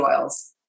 oils